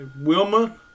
Wilma